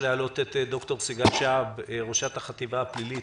ד"ר סיגל שהב, ראשת החטיבה הפלילית